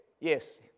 yes